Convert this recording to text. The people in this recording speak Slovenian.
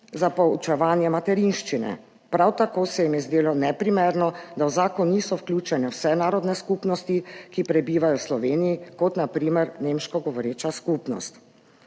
za poučevanje materinščine. Prav tako se jim je zdelo neprimerno, da v zakon niso vključene vse narodne skupnosti, ki prebivajo v Sloveniji, kot na primer nemško govoreča skupnost.